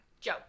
Joe